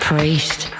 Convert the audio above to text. Priest